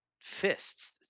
fists